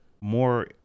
more